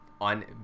on